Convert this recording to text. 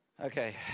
Okay